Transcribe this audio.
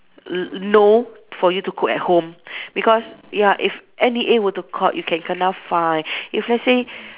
l~ no for you to cook at home because ya if N_E_A were to caught you can kena fine if let's say